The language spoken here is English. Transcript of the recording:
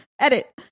edit